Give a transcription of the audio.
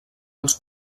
els